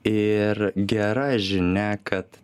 ir gera žinia kad